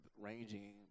ranging